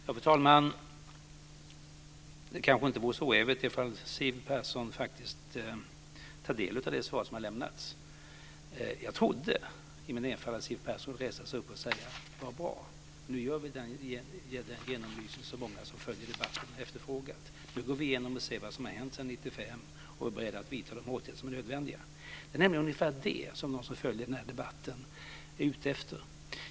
Fru talman! Det kanske inte vore så oävet om Siw Persson faktiskt tog del av det svar som har lämnats. Jag trodde i min enfald att Siw Persson skulle resa sig upp och säga att det är bra, nu görs den genomlysning som många som har följt debatten har efterfrågat. Nu går vi igenom och ser vad som har hänt sedan 1995, och vi är beredda att vidta de åtgärder som är nödvändiga. Det är ungefär det som de som följer debatten är ute efter.